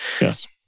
Yes